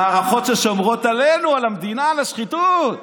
המערכות ששומרות עלינו, על המדינה, על השחיתות.